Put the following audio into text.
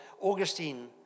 Augustine